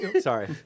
Sorry